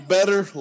better